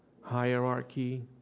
hierarchy